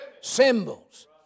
symbols